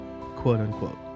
quote-unquote